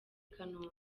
kanombe